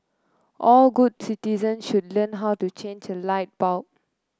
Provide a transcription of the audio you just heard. all good citizens should learn how to change a light bulb